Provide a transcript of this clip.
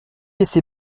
assez